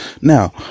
Now